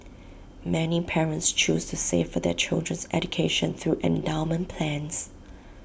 many parents choose to save for their children's education through endowment plans